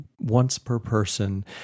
once-per-person